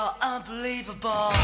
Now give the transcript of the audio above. unbelievable